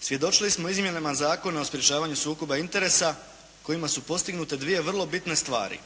Svjedočili smo izmjenama Zakona o sprječavanju sukoba interesa kojima su postignute dvije vrlo bitne stvari.